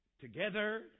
together